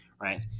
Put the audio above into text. Right